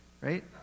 right